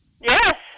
Yes